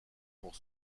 pour